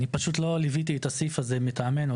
אני פשוט לא ליוויתי את הסעיף הזה מטעמנו.